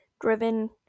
driven